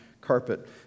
carpet